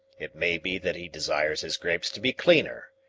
it may be that he desires his grapes to be cleaner.